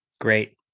Great